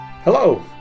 Hello